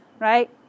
right